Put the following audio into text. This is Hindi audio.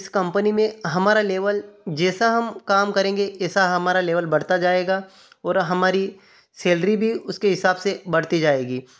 इस कंपनी में हमारा लेवल जैसा हम काम करेंगे ऐसा हमारा लेवल बढ़ता जाएगा और हमारी सैलरी भी उसके हिसाब से बढ़ती जाएगी